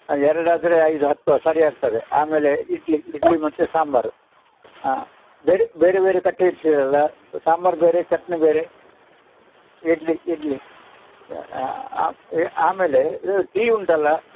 ಹಾಂ ಎರಡು ಆದರೆ ಐದು ಹತ್ತು ಸರಿ ಆಗ್ತದೆ ಆಮೇಲೆ ಇಡ್ಲಿ ಇಡ್ಲಿ ಮತ್ತು ಸಾಂಬಾರು ಬೇರೆ ಬೇರೆ ಬೇರೆ ಕಟ್ಟಿ ಇಡ್ತೀರಲ್ವ ಸಾಂಬಾರು ಬೇರೆ ಚಟ್ನಿ ಬೇರೆ ಇಡ್ಲಿ ಇಡ್ಲಿ ಎ ಆಮೇಲೆ ಇದು ಟೀ ಉಂಟಲ್ಲ